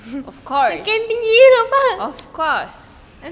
makin tinggi nampak